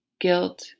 guilt